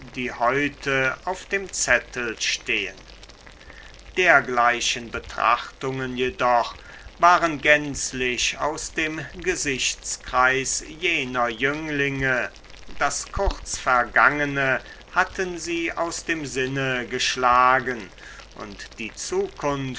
die heute auf dem zettel stehen dergleichen betrachtungen jedoch waren gänzlich außer dem gesichtskreis jener jünglinge das kurzvergangene hatten sie aus dem sinne geschlagen und die zukunft